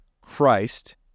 Christ